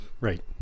Right